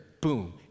boom